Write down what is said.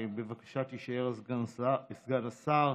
בבקשה תישאר, סגן השר.